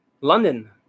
london